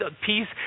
Peace